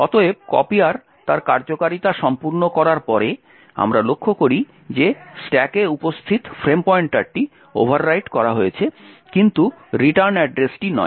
অতএব কপিয়ার তার কার্যকারিতা সম্পূর্ণ করার পরে আমরা লক্ষ্য করি যে স্ট্যাকে উপস্থিত ফ্রেম পয়েন্টারটি ওভাররাইট করা হয়েছে কিন্তু রিটার্ন অ্যাড্রেসটি নয়